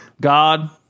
God